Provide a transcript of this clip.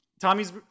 Tommy's